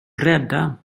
rädda